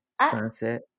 Sunset